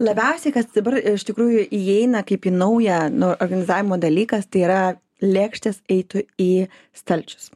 labiausiai kas dabar iš tikrųjų įeina kaip į naują nu organizavimo dalykas tai yra lėkštės eitų į stalčius